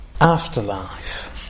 afterlife